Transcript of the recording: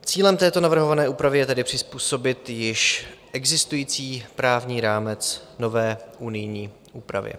Cílem této navrhované úpravy je tedy přizpůsobit již existující právní rámec nové unijní úpravě.